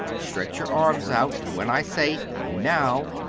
stretch your arms out, and when i say, now,